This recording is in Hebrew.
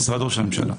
משרד ראש הממשלה.